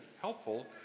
helpful